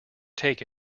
take